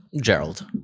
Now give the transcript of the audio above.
Gerald